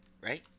Right